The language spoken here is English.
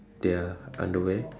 their underwear